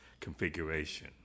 configuration